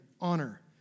honor